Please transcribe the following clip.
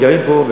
וגרים פה,